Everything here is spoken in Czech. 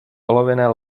olověné